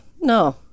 No